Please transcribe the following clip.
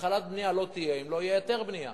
התחלת בנייה לא תהיה אם לא יהיה היתר בנייה.